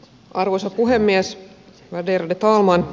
arvoisa puhemies värderade talman